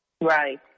Right